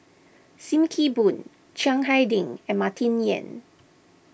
Sim Kee Boon Chiang Hai Ding and Martin Yan